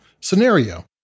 scenario